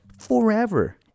forever